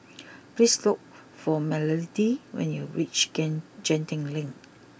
please look for Melodee when you reach Genting Link